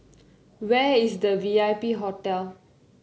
where is the V I P Hotel